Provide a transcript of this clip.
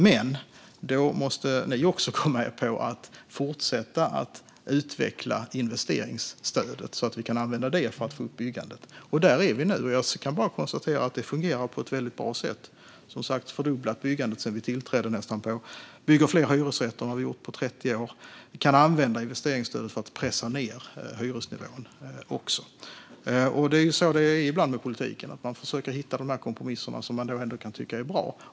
Vi sa dock också att de då måste gå med på att fortsätta att utveckla investeringsstödet så att vi kunde använda det för att få upp byggandet. Där är vi nu, och jag kan bara konstatera att detta fungerar på ett väldigt bra sätt. Byggandet har, som sagt, nästan fördubblats sedan vi tillträdde, och vi bygger fler hyresrätter än vi gjort på 30 år. Vi kan också använda investeringsstödet för att pressa ned hyresnivån. Det är ju ibland så med politiken: Man försöker att hitta kompromisser som man ändå kan tycka är bra.